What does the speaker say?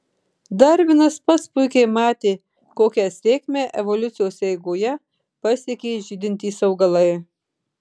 darvinas pats puikiai matė kokią sėkmę evoliucijos eigoje pasiekė žydintys augalai